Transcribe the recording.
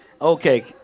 Okay